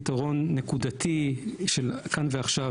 פתרון נקודתי של כאן ועכשיו,